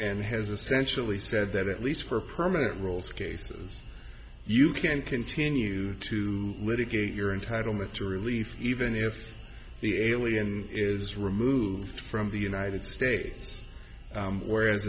and has essentially said that at least for permanent roles cases you can continue to litigate your entitlement to relief even if the alien is removed from the united states whereas